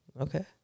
Okay